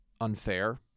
unfair